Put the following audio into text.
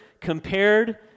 compared